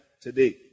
today